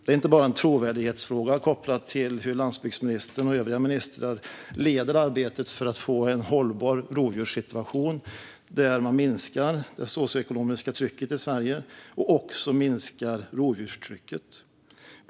Det är inte bara en trovärdighetsfråga kopplad till hur landsbygdsministern och övriga ministrar leder arbetet för att få en hållbar rovdjurssituation där man minskar det socioekonomiska trycket i Sverige och också minskar rovdjurstrycket.